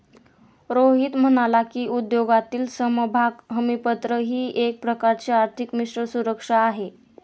रोहित म्हणाला की, उद्योगातील समभाग हमीपत्र ही एक प्रकारची आर्थिक मिश्र सुरक्षा आहे